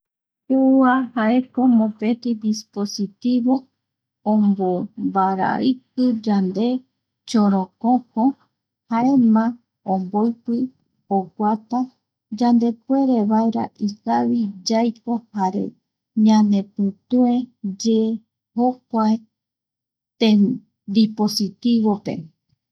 Kua jaeko mopeti dispositivo ombombaraiki yande chorokoko jaema omboipi oguata yandepuere vaera ikavi yaiko jare ñanepitueye jokua dispositivope.